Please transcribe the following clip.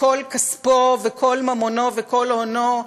מכל כספו וכל ממונו וכל הונו,